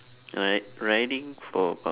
alright riding for about